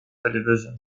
television